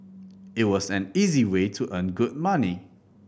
it was an easy way to earn good money